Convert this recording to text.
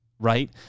right